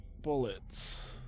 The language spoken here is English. bullets